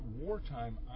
wartime